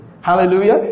Hallelujah